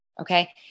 Okay